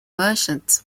merchants